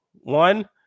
One